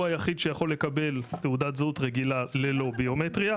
היחיד שיכול לקבל תעודת זהות רגילה ללא ביומטריה,